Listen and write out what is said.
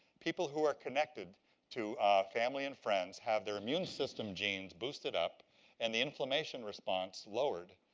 people who are connected to family and friends have their immune system genes boosted up and the inflammation response lowered.